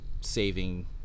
saving